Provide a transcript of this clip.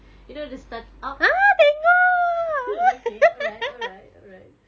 you know the start up oh okay alright alright alright